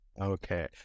Okay